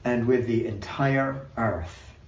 and with the entire earth.